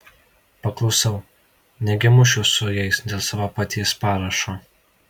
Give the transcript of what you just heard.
paklusau negi mušiuos su jais dėl savo paties parašo